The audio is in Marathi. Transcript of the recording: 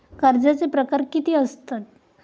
कर्जाचे प्रकार कीती असतत?